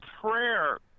prayer